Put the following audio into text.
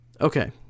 Okay